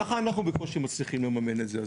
גם ככה אנחנו בקושי מצליחים לממן את זה.